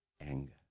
anger